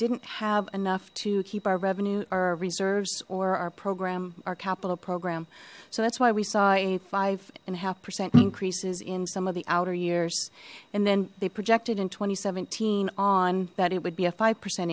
didn't have enough to keep our revenue or reserves or our program our capital o program so that's why we saw a five and a half percent increases in some of the outer years and then they projected in two thousand and seventeen on that it would be a five percent